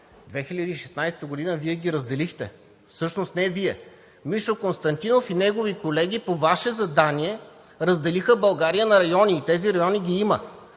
2016 г. Вие ги разделихте, всъщност не Вие, Мишо Константинов и негови колеги по Ваше задание разделиха България на райони. Тези райони ги има.